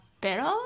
better